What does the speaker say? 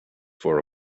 for